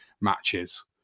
matches